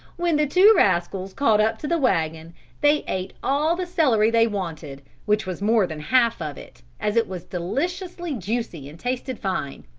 when the two rascals caught up to the wagon they ate all the celery they wanted, which was more than half of it, as it was deliciously juicy and tasted fine.